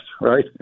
right